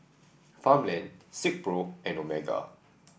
Farmland Silkpro and Omega